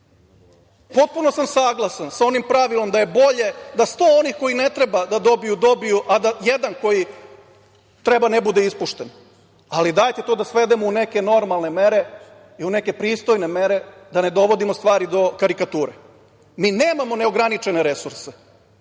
države. Potpuno sam saglasan sa onim pravilom da je bolje da sto onih koji ne treba da dobiju – dobiju, a da jedan koji treba ne bude ispušten. Dajte to da svedemo u neke normalne mere i u neke pristojne mere, da ne dovodimo stvari do karikature. Mi nemamo neograničene resurse.